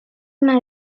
una